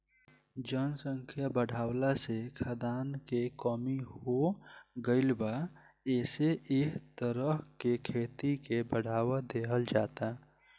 जनसंख्या बाढ़ला से खाद्यान के कमी हो गईल बा एसे एह तरह के खेती के बढ़ावा देहल जाता